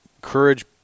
courage